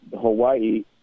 Hawaii